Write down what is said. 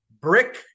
brick